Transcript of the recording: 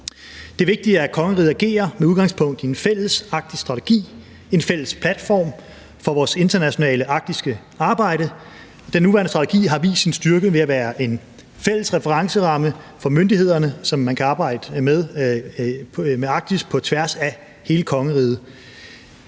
er vigtigt, at kongeriget agerer med udgangspunkt i en fælles arktisk strategi, en fælles platform for vores internationale arktiske arbejde. Den nuværende strategi har vist sin styrke ved at være en fælles referenceramme for myndighederne, så man kan arbejde med Arktis på tværs af hele kongeriget.